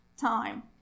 time